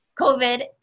COVID